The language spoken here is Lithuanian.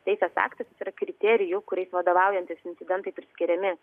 teisės aktas jis kriterijų kuriais vadovaujantis incidentai priskiriami